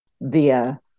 via